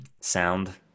sound